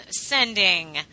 sending